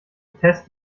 tess